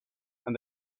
and